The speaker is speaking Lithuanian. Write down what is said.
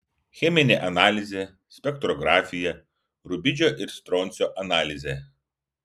cheminė analizė spektrografija rubidžio ir stroncio analizė